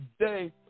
today